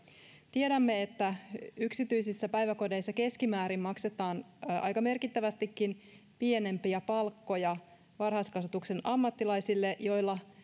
tiedämme että yksityisissä päiväkodeissa keskimäärin maksetaan aika merkittävästikin pienempiä palkkoja varhaiskasvatuksen ammattilaisille joilla